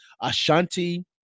Ashanti